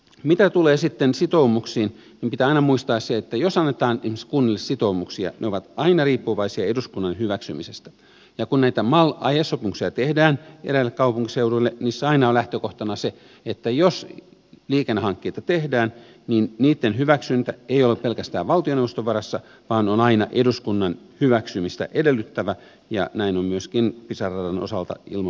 mitä tulee sitten sitoumuksiin niin pitää aina muistaa se että jos annetaan esimerkiksi kunnille sitoumuksia ne ovat aina riippuvaisia eduskunnan hyväksymisestä ja kun näitä mal aiesopimuksia tehdään eräille kaupunkiseuduille niissä aina on lähtökohtana se että jos liikennehankkeita tehdään niin niitten hyväksyntä ei ole pelkästään valtioneuvoston varassa vaan on aina eduskunnan hyväksymistä edellytettävä ja näin on myöskin pisara radan osalta ilman muuta ollut